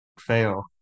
fail